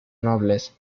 nobles